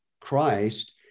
Christ